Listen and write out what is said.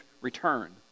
return